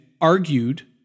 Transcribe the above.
argued